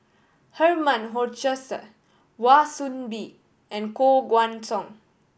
Herman Hochstadt Wan Soon Bee and Koh Guan Song